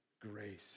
grace